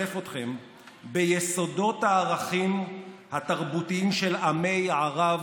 לשתף אתכם ביסודות הערכים התרבותיים של עמי ערב,